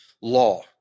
law